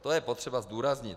To je potřeba zdůraznit.